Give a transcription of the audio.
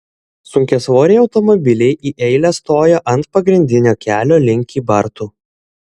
sunkiasvoriai automobiliai į eilę stojo ant pagrindinio kelio link kybartų